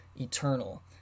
eternal